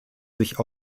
sich